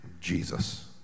Jesus